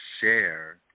share